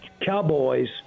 Cowboys